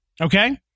okay